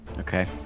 Okay